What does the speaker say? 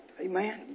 Amen